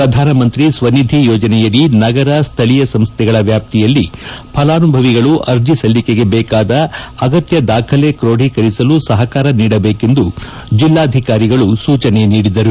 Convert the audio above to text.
ಪ್ರಧಾನಮಂತ್ರಿ ಸ್ವಾಧಿ ಯೋಜನೆಯಡಿ ನಗರ ಸ್ವೀಯ ಸಂಸ್ವೆಗಳ ವ್ಯಾಪ್ತಿಯಲ್ಲಿ ಫಲಾನುಭವಿಗಳು ಅರ್ಜಿ ಸಲ್ಲಿಕೆಗೆ ಬೇಕಾದ ಅಗತ್ಯದ ದಾಖಲೆಗಳನ್ನು ಕ್ರೂಢೀಕರಿಸಲು ಸಹಕಾರ ನೀಡಬೇಕೆಂದು ಜಿಲ್ದಾಧಿಕಾರಿಗಳು ಸೂಚನೆ ನೀಡಿದರು